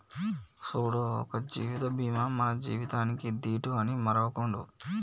సూడు ఒక జీవిత బీమా మన జీవితానికీ దీటు అని మరువకుండు